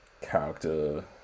character